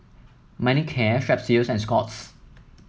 Manicare Strepsils and Scott's